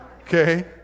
Okay